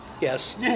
Yes